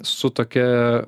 su tokia